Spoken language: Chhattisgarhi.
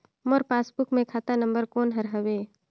मोर पासबुक मे खाता नम्बर कोन हर हवे?